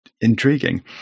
intriguing